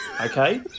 okay